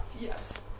yes